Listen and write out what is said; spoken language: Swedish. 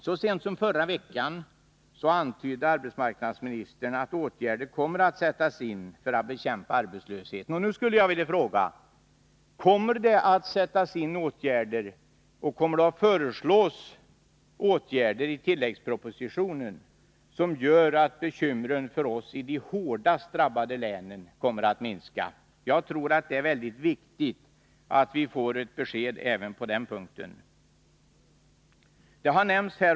Så sent som förra veckan antydde arbetsmarknadsministern att åtgärder kommer att vidtas för att bekämpa arbetslösheten, och nu skulle jag vilja fråga: Kommer det att vidtas åtgärder, och kommer det att föreslås medel i tilläggspropositionen, som gör att bekymren för oss som bor i de hårdast drabbade länen minskar? Jag tror att det är mycket viktigt att vi får ett besked även på denna punkt.